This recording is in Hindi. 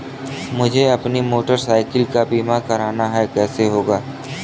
मुझे अपनी मोटर साइकिल का बीमा करना है कैसे होगा?